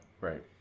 Right